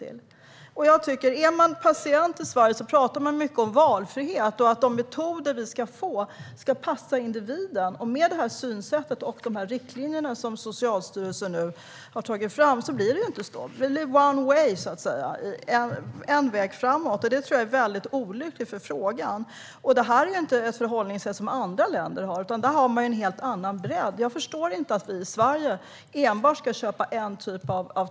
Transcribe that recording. Det pratas mycket om valfrihet för patienter i Sverige och att metoden ska passa individen. Med dessa riktlinjer och det synsätt som Socialstyrelsen nu har tagit fram blir det inte så. Det blir så att säga one way, en väg framåt, och det är väldigt olyckligt. Andra länder har inte det förhållningssättet, utan där har man en helt annan bredd. Jag förstår inte att vi i Sverige enbart ska köpa en typ av terapi.